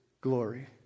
glory